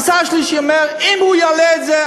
השר השלישי אומר: אם הוא יעלה את זה,